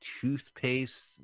toothpaste